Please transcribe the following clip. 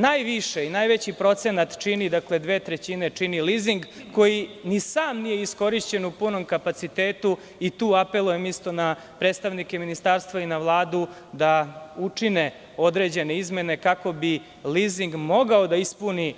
Najviše i najveći procenat, dve trećine, čini lizing koji ni sam nije iskorišćen u punom kapacitetu i tu isto apelujem na predstavnike ministarstva i na Vladu da učine određene izmene, kako bi lizing mogao da ispuni